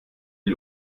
die